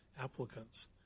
applicants